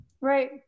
Right